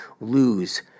lose